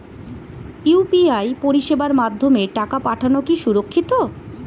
UPI পরিষেবার মাধ্যমে টাকা পাঠানো কি সুরক্ষিত?